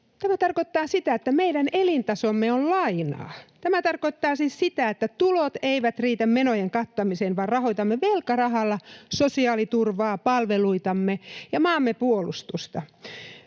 Tämä tarkoittaa sitä, että meidän elintasomme on lainaa. Tämä tarkoittaa siis sitä, että tulot eivät riitä menojen kattamiseen, vaan rahoitamme velkarahalla sosiaaliturvaa, palveluitamme ja maamme puolustusta.